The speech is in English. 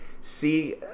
see